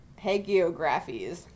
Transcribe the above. hagiographies